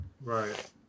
Right